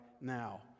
now